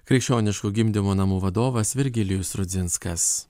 krikščioniškų gimdymo namų vadovas virgilijus rudzinskas